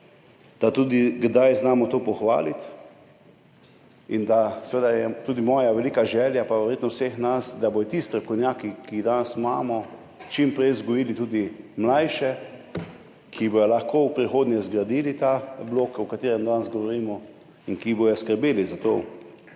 da kdaj znamo to tudi pohvaliti. Seveda je tudi moja velika želja, verjetno vseh nas, da bodo ti strokovnjaki, ki jih danes imamo, čim prej vzgojili tudi mlajše, ki bodo lahko v prihodnje zgradili ta blok, o katerem danes govorimo, in ki bodo skrbeli za to